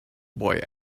boy